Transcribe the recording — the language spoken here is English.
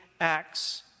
acts